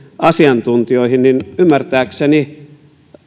asiantuntijoihin niin ymmärtääkseni